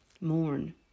mourn